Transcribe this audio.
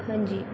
ਹਾਂਜੀ